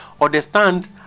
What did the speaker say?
understand